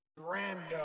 random